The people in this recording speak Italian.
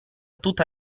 tutta